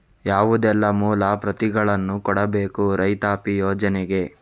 ಯಾವುದೆಲ್ಲ ಮೂಲ ಪ್ರತಿಗಳನ್ನು ಕೊಡಬೇಕು ರೈತಾಪಿ ಯೋಜನೆಗೆ?